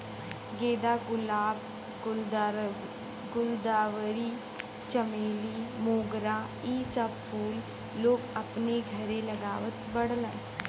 गेंदा, गुलाब, गुलदावरी, चमेली, मोगरा इ सब फूल लोग अपने घरे लगावत बाड़न